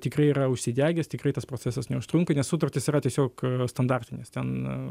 tikrai yra užsidegęs tikrai tas procesas neužtrunka nes sutartys yra tiesiog standartinės ten